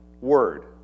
Word